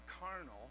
carnal